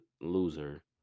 loser